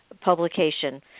publication